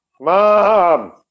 mom